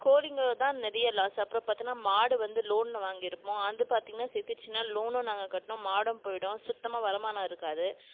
கோழிகள்தான் நிறைய லாஸ் அப்புறம் பார்த்தினா மாடு வந்து லோனில் வாங்கியிருப்போம் அது வந்து பார்த்திங்கனா செத்துடுச்சுன்னா லோனும் நாங்கள் கட்டணும் மாடும் போயிடும் சுத்தமாக வருமானம் இருக்காது